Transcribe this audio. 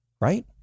Right